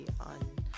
on